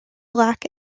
black